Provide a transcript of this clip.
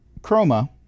Chroma